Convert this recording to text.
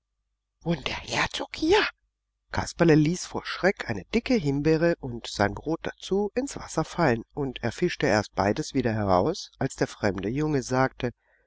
wohnt der herzog hier kasperle ließ vor schreck eine dicke himbeere und sein brot dazu ins wasser fallen und er fischte erst beides wieder heraus als der fremde junge sagte